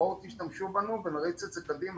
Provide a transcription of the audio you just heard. בואו תשתמשו בנו ונריץ את זה קדימה,